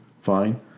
fine